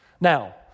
Now